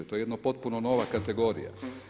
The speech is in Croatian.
To je jedna potpuno nova kategorija.